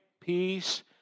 Peace